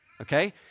okay